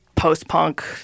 post-punk